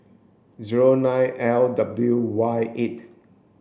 zero nine L W Y eight